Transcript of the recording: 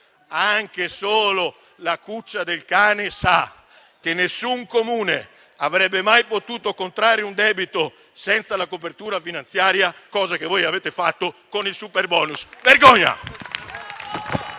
anche solo la cuccia del cane, sa che nessun Comune avrebbe mai potuto contrarre un debito senza la copertura finanziaria: cosa che voi avete fatto con il superbonus. Vergogna!